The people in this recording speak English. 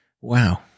wow